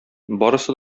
барысы